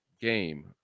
game